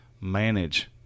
manage